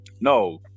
no